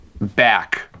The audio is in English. back